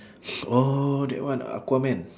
orh that one aquaman